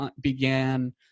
began